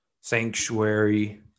sanctuary